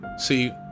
See